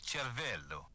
Cervello